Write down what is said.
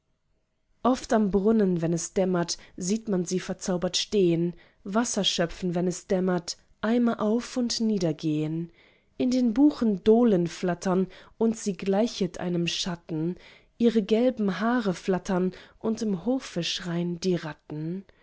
oft am brunnen wenn es dämmert sieht man sie verzaubert stehen wasser schöpfen wenn es dämmert eimer auf und niedergehen in den buchen dohlen flattern und sie gleichet einem schatten ihre gelben haare flattern und im hofe schrein die ratten